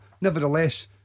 nevertheless